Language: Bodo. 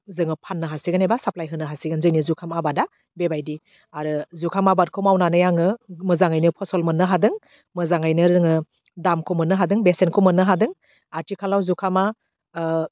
जोङो फाननो हासिगोन एबा साफ्लाइ होनो हासिगोन जोंनि जुखाम आबादा बेबायदि आरो जुखाम आबादखौ मावनानै आङो मोजाङैनो फसल मोननो हादों मोजाङैनो जोङो दामखौ मोननो हादों बेसेनखौ मोननो हादों आथिखालाव जुखामा ओह